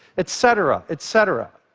etc. etc.